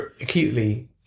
acutely